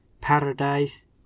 Paradise